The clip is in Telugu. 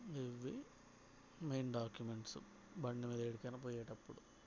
ఇవి మెయిన్ డాకుమెంట్స్ బండి మీద ఎక్కడికైనా పోయేటప్పుడు